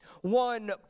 One